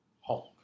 Hulk